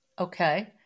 Okay